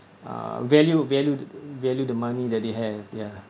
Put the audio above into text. uh value value value the money that they have ya